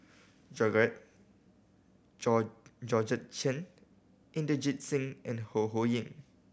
Georgette Chen Inderjit Singh and Ho Ho Ying